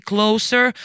Closer